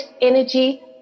energy